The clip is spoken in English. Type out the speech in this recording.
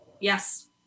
Yes